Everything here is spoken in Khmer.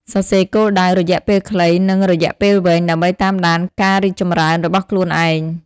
សរសេរគោលដៅរយៈពេលខ្លី និងរយៈពេលវែង ដើម្បីតាមដានការរីកចម្រើនរបស់ខ្លួនឯង។